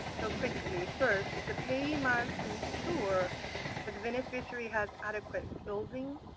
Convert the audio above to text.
so quickly, first, the payee must ensure the beneficiary has adequate clothing,